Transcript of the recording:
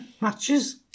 matches